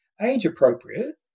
age-appropriate